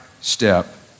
step